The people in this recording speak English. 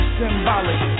symbolic